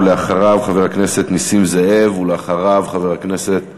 אחריו, חבר הכנסת נסים זאב, ואחריו, חבר הכנסת